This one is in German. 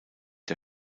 der